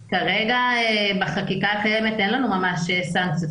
כרגע, בחקיקה הקיימת, אין לנו ממש סנקציות.